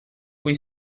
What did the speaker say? cui